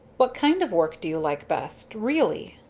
what kind of work do you like best really?